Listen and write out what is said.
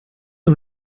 man